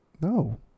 No